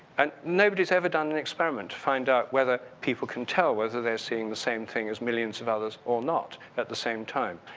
and nobody has ever done an experiment to find out whether people can tell, whether they're seeing the same thing as millions of others or not at the same time.